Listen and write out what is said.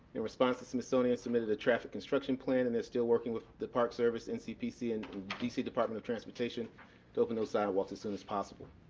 in response, the smithsonian submitted a traffic construction plan and they're still working with the park service, ncpc and dc department of transportation to open those sidewalks as soon as possible.